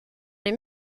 les